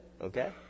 okay